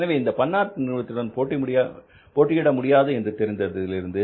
எனவே இந்த பன்னாட்டு நிறுவனத்துடன் போட்டியிட முடியாது என்று தெரிந்திருந்தது